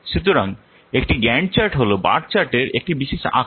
সুতরাং একটি Gantt chart হল বার চার্টের একটি বিশেষ আকার